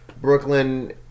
Brooklyn